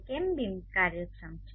તે કેમ બિનકાર્યક્ષમ છે